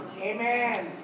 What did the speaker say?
Amen